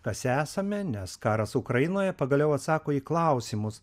kas esame nes karas ukrainoje pagaliau atsako į klausimus